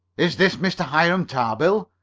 is this mr. hiram tarbill?